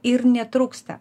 ir netrūksta